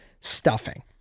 stuffing